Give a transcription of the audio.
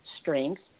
strength